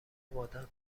وادار